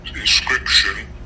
inscription